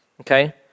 Okay